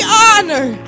honor